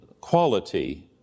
quality